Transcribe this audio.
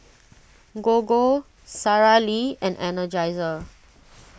Gogo Sara Lee and Energizer